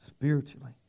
Spiritually